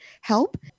help